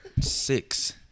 Six